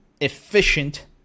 efficient